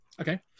Okay